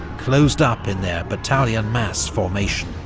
closed up in their battalion mass formation.